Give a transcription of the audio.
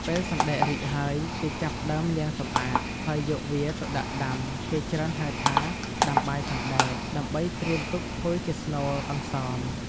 ពេលសណ្តែករីកហើយ គេចាប់ផ្តើមលាងសម្អាត ហើយយកវាទៅដាក់ដាំ គេច្រើនហៅថា ដាំបាយសណ្តែក ដើម្បីត្រៀមទុកធ្វើជាស្នូលអន្សម។